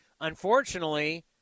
Unfortunately